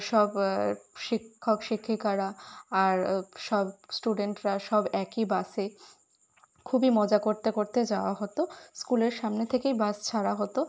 সব শিক্ষক শিক্ষিকারা আর সব স্টুডেন্টরা সব একই বাসে খুবই মজা করতে করতে যাওয়া হতো স্কুলের সামনে থেকেই বাস ছাড়া হতো